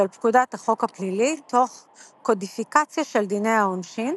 פקודת החוק הפלילי תוך קודיפיקציה של דיני העונשין,